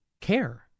care